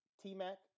T-Mac